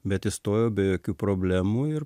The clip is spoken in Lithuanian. bet įstojau be jokių problemų ir